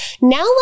Now